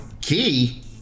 key